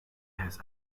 has